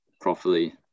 properly